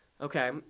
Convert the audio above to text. Okay